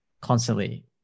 constantly